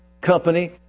company